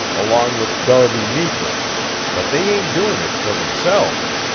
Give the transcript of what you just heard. along with darby meeker but they ain't doing it for themselves.